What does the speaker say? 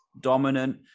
dominant